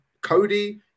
Cody